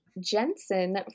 Jensen